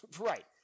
Right